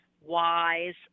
wise